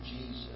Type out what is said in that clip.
Jesus